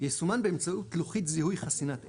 יסומן באמצעות לוחית זיהוי חסינת אש,